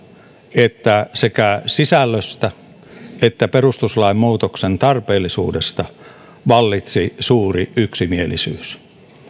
että sekä sisällöstä että perustuslain muutoksen tarpeellisuudesta vallitsi suuri yksimielisyys